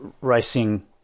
racing